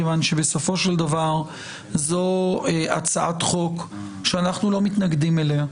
מכיוון שבסופו של דבר זו הצעת חוק שאנחנו לא מתנגדים אליה,